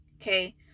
okay